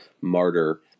Martyr